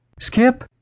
Skip